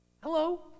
Hello